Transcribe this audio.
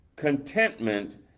contentment